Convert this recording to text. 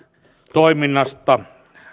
toiminnasta